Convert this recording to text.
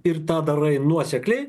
ir tą darai nuosekliai